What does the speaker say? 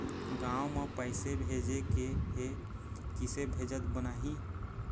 गांव म पैसे भेजेके हे, किसे भेजत बनाहि?